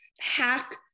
hack